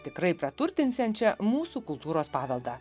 tikrai praturtinsiančia mūsų kultūros paveldą